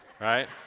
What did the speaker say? right